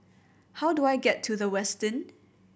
how do I get to The Westin